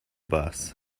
bus